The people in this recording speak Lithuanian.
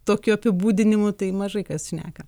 tokiu apibūdinimu tai mažai kas šneka